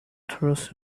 trust